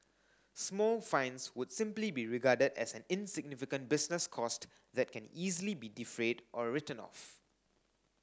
small fines would simply be regarded as an insignificant business cost that can easily be defrayed or written off